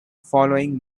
following